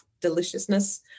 deliciousness